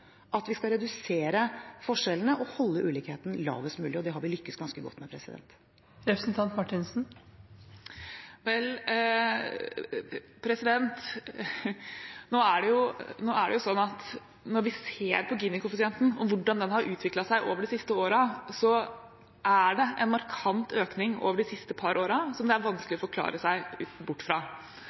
at vi skal redusere forskjellene og holde ulikhetene lavest mulig. Det har vi lyktes ganske godt med. Når vi ser på Gini-koeffisienten og hvordan den har utviklet seg over de siste årene, er det en markant økning over de siste par årene som det er vanskelig å forklare seg bort fra.